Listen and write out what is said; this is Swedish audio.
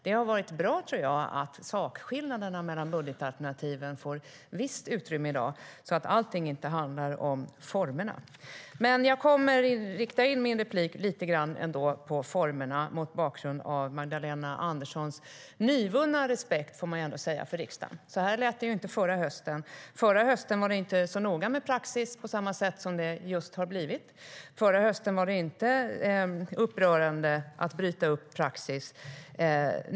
Det har varit bra, tror jag, att sakskillnaderna mellan budgetalternativen får visst utrymme i dag så att allting inte handlar om formerna. Jag kommer ändå att rikta in min replik på formerna, mot bakgrund av Magdalena Anderssons nyvunna respekt för riksdagen. Det får man väl säga, för så här lät det ju inte förra hösten. Förra hösten var det inte så noga med praxis på samma sätt som det just har blivit. Förra hösten var det inte upprörande att bryta praxis.